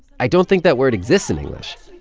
i don't think that word exists in english.